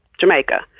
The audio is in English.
Jamaica